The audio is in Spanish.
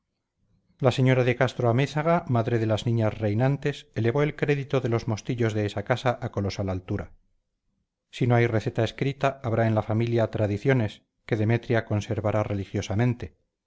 la señora de castro-amézaga madre de las niñas reinantes elevó el crédito de los mostillos de esa casa a colosal altura si no hay receta escrita habrá en la familia tradiciones que demetria conservará religiosamente